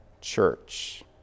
church